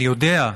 אני יודע,